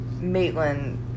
Maitland